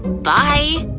bye!